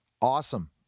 awesome